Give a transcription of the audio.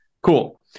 Cool